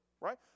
Right